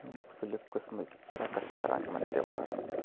مختلف قسمٕکۍ رَقٕس کَران یِمَن تہوارَن منٛز